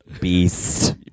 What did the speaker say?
Beast